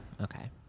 okay